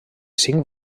cinc